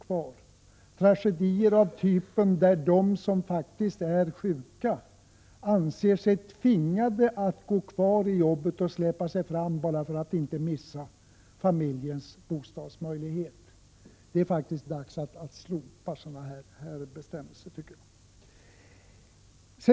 Det är också tragedier där personer som faktiskt är sjuka anser sig tvingade att vara kvar i jobbet och släpa sig fram där bara för att inte missa familjens bostadsmöjlighet. Det är faktiskt dags att slopa sådana bestämmelser.